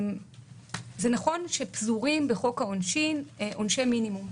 נכון שפזורים בחוק העונשין עונשי מינימום.